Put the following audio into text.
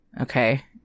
Okay